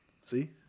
See